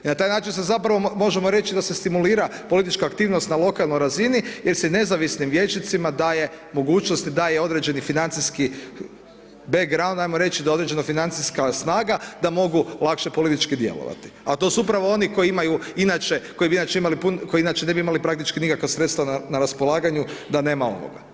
I na taj način se, zapravo možemo reći da se stimulira politička aktivnost na lokalnoj razini, jer se i nezavisnim vijećnicima daje mogućnost, daje određeni financijski background, ajmo reći, da određena financijska snaga da mogu lakše politički djelovati, a to su upravo oni koji imaju inače, koji bi inače imali, koji inače ne bi imali praktični nikakva sredstva na raspolaganju, da nema ovoga.